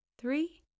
three